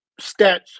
stats